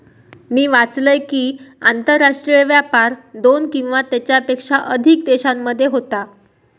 मी वाचलंय कि, आंतरराष्ट्रीय व्यापार दोन किंवा त्येच्यापेक्षा अधिक देशांमध्ये होता